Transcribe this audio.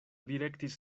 direktis